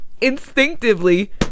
instinctively